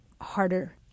harder